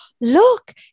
look